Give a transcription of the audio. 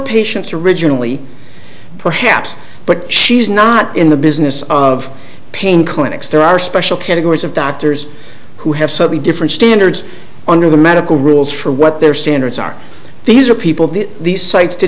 patients originally perhaps but she's not in the business of pain clinics there are special categories of doctors who have subtly different standards under the medical rules for what their standards are these are people that these sites to